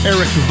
Eric